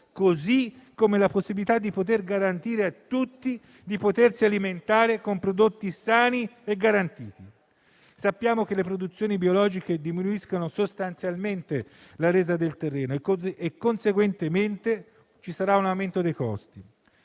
così come di garantire a tutti la possibilità di alimentarsi con prodotti sani e garantiti. Sappiamo che le produzioni biologiche diminuiscono sostanzialmente la resa del terreno; conseguentemente, ci sarà un aumento dei costi.